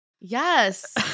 Yes